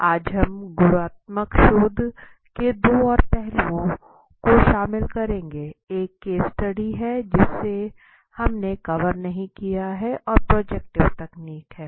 आज हम गुणात्मक शोध के दो और पहलुओं को शामिल करेंगे एक केस स्टडी है जिसे हमने कवर नहीं किया है और प्रोजेक्टिव तकनीक है